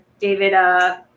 David